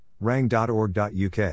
rang.org.uk